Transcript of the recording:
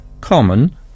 common